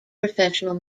professional